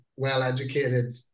well-educated